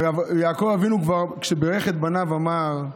אגב, יעקב אבינו, כשבירך את בניו, אמר: